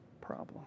problem